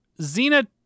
Xena